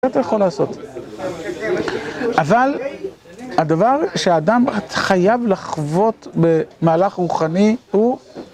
אתה יכול לעשות אבל הדבר שאדם חייב לחוות במהלך רוחני הוא